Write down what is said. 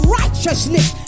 righteousness